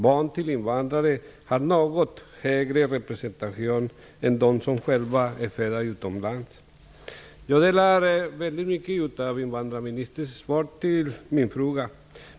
Barn till invandrare har något högre representation än de som själva är födda utomlands. Jag instämmer i väldigt mycket av det som sägs i invandrarministerns svar på min fråga.